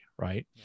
Right